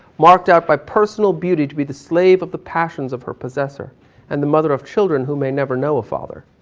marked out by personal beauty to be the slave of the passions of her possessor and the mother of children who may never know a father.